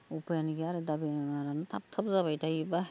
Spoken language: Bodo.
उपायानो गैया आरो दा बेमारानो थाब थाब जाबाय थायोबा